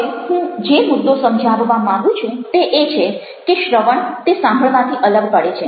હવે હું જે મુદ્દો સમજાવવા માગું છું તે એ છે કે શ્રવણ તે સાંભળવાથી અલગ પડે છે